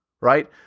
right